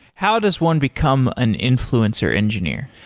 how does one become an influencer engineer?